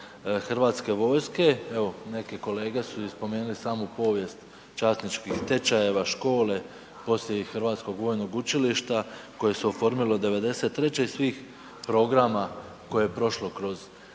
hrvatske vojske, evo, neki kolege su i spomenuli samu povijest časničkih tečajeva, škole poslije i Hrvatskog vojnog učilišta koje se oformilo '93. i svih programa koje je prošlo kroz to